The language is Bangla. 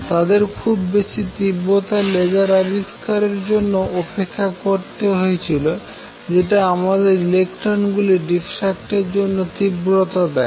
তাদের খুব বেশি তীব্রতার লেজার আবিষ্কার এর জন্য অপেক্ষা করতে হয়েছিল যেটা আমাদের ইলেকট্রন গুলি ডিফ্রাক্ট এর জন্য তিব্রতা দেয়